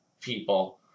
people